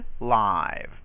live